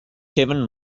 kevin